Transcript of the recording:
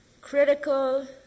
critical